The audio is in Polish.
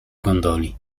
gondoli